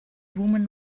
woman